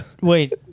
Wait